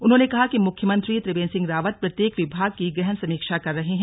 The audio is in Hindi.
उन्होंने कहा कि मुख्यमंत्री त्रिवेन्द्र सिंह रावत प्रत्येक विभाग की गहन समीक्षा कर रहे हैं